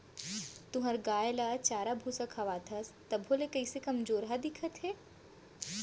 तुंहर गाय ल चारा भूसा खवाथस तभो ले कइसे कमजोरहा दिखत हे?